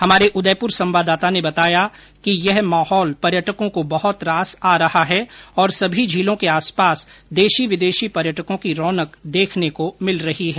हमारे उदयपुर संवाददाता ने बताया कि यह माहौल पर्यटकों को बहुत रास रहा है और सभी झीलों के आसपास देशी विदेशी पर्यटकों की रौनक देखने को मिल रही है